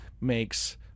makes